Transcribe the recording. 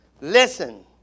Listen